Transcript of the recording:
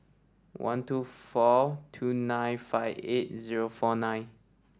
one two four two nine five eight zero four nine